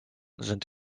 sind